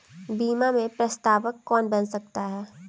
बीमा में प्रस्तावक कौन बन सकता है?